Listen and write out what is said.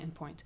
endpoint